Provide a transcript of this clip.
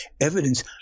evidence